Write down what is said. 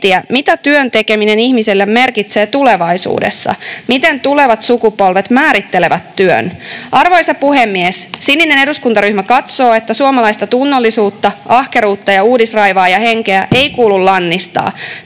mitä työn tekeminen ihmiselle merkitsee tulevaisuudessa, miten tulevat sukupolvet määrittelevät työn. Arvoisa puhemies! Sininen eduskuntaryhmä katsoo, että suomalaista tunnollisuutta, ahkeruutta ja uudisraivaajahenkeä